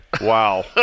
Wow